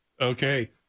Okay